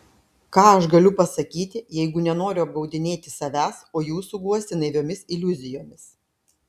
ką aš galiu pasakyti jeigu nenoriu apgaudinėti savęs o jūsų guosti naiviomis iliuzijomis